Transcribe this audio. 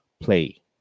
play